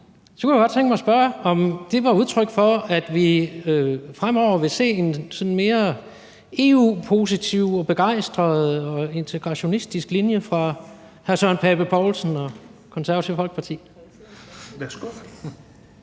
jo tages med ind i betragtningen, om det er udtryk for, at vi fremover vil se en mere EU-positiv, begejstret og integrationistisk linje fra hr. Søren Pape Poulsen og Det Konservative Folkepartis